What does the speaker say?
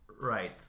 Right